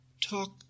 talk